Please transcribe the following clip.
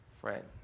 friend